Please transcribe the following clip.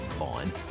on